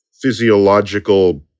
physiological